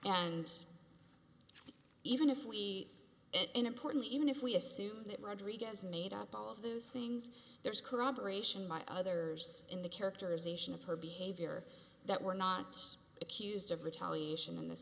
and even if we get an important even if we assume that rodriguez made up all of those things there is corroboration by others in the characterization of her behavior that we're not accused of retaliation in this